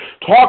Talk